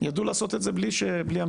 ידעו לעשות את זה בלי המדינה.